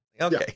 okay